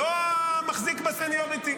לא המחזיק בסניוריטי.